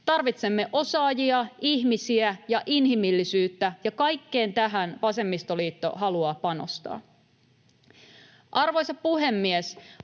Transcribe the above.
Tarvitsemme osaajia, ihmisiä ja inhimillisyyttä, ja kaikkeen tähän vasemmistoliitto haluaa panostaa. Arvoisa puhemies!